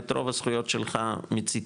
את רוב הזכויות שלך מיצית,